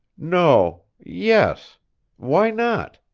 no yes why not?